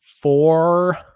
four